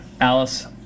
Alice